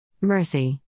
Mercy